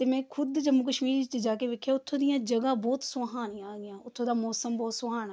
ਅਤੇ ਮੈਂ ਖੁਦ ਜੰਮੂ ਕਸ਼ਮੀਰ 'ਚ ਜਾ ਕੇ ਵੇਖਿਆ ਉੱਥੋਂ ਦੀਆਂ ਜਗ੍ਹਾ ਬਹੁਤ ਸੋਹਾਣੀਆਂ ਹੈਗੀਆ ਉੱਥੋਂ ਦਾ ਮੌਸਮ ਬਹੁਤ ਸੁਹਾਣਾ ਹੈ